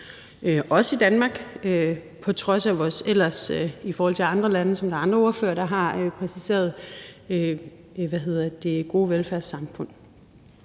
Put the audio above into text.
også i Danmark på trods af vores ellers – i forhold til andre lande, som der er andre ordførere, der har pointeret – gode velfærdssamfund.